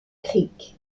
creek